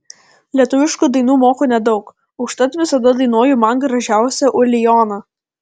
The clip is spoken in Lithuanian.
lietuviškų dainų moku nedaug užtat visada dainuoju man gražiausią ulijoną